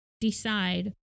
decide